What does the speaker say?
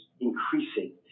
increasing